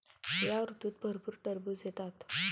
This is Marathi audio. या ऋतूत भरपूर टरबूज येतात